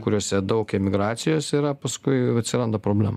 kuriose daug emigracijos yra paskui atsiranda problemų